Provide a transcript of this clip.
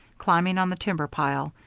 climbing on the timber pile,